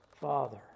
father